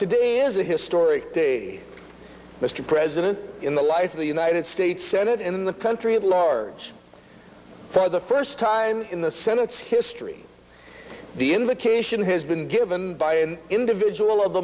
today is a historic day mr president in the life of the united states senate in the country at large for the first time in the senate's history the invocation has been given by an individual of the